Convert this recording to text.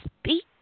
speak